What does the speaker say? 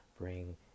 bring